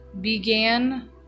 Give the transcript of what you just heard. began